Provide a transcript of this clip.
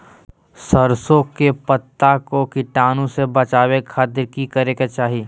सरसों के पत्ता के कीटाणु से बचावे खातिर की करे के चाही?